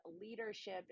leadership